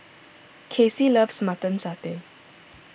Kacey loves Mutton Satay